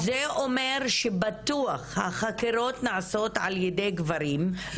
זה אומר שבטוח החקירות נעשות על ידי גברים,